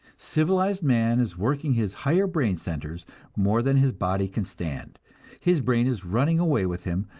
civilized man is working his higher brain centers more than his body can stand his brain is running away with him,